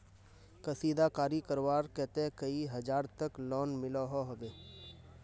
कशीदाकारी करवार केते कई हजार तक लोन मिलोहो होबे?